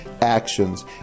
actions